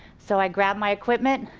so i grab my equipment,